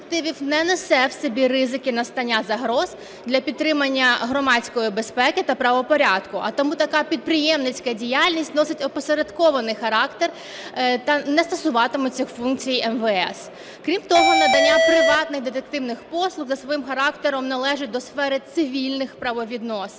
не несе в собі ризики настання загроз для підтримання громадської безпеки та правопорядку. А тому така підприємницька діяльність носить опосередкований характер та не стосуватиметься функцій МВС. Крім того, надання приватних детективних послуг за своїм характером належить до сфери цивільних правовідносин.